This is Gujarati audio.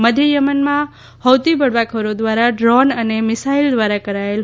મધ્ય યમનમાં હૌતી બળવાખોરો દ્વારા દ્રોણ અને મિસાઈલ દ્વારા કરાયેલા